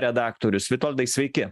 redaktorius vitoldai sveiki